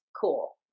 Cool